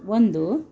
ಒಂದು